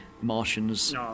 Martians